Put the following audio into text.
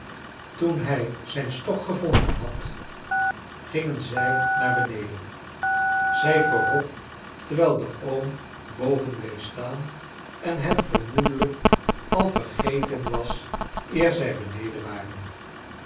toen hij zijn stok gevon den had gingen zij naar beneden zij voorop terwijl de oom boven bleef j staan en hen vermoedelijk al vergei ten was eer zij beneden waren